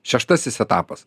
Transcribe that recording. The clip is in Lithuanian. šeštasis etapas